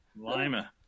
Lima